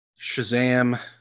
Shazam